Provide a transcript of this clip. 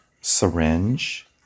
syringe